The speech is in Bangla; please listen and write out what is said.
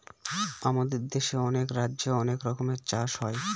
আমাদের দেশে অনেক রাজ্যে অনেক রকমের চাষ হয়